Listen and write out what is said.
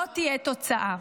לא תהיה תוצאה.